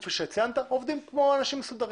כפי שציינת עובדים כמו אנשים מסודרים.